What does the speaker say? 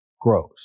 grows